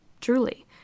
truly